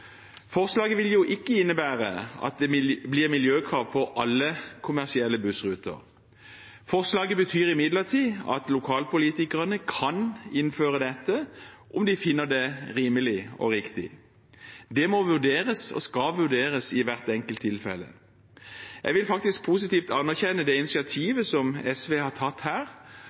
Forslaget vil ikke innebære at det blir miljøkrav på alle kommersielle bussruter. Forslaget betyr imidlertid at lokalpolitikerne kan innføre dette om de finner det rimelig og riktig. Det må og skal vurderes i hvert enkelt tilfelle. Jeg vil faktisk positivt anerkjenne det initiativet som SV har tatt her.